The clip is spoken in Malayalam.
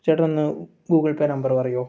ചേട്ടനൊന്ന് ഗൂഗിൾ പേ നമ്പർ പറയമോ